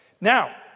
Now